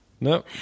No